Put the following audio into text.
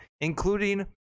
including